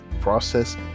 process